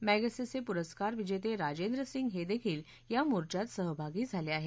Magsaysay पुरस्कार विजेते राजेंद्र सिंह हे देखील या मोर्चात सहभागी झाले आहेत